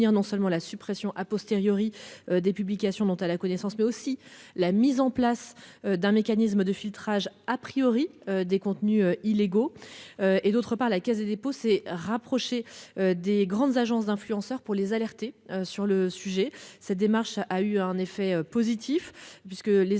non seulement la suppression a posteriori des publications dont, à la connaissance, mais aussi la mise en place d'un mécanisme de filtrage a priori des contenus illégaux. Et d'autre part, la Caisse des dépôts s'est rapproché des grandes agences d'influenceurs pour les alerter sur le sujet. Cette démarche a eu un effet positif puisque les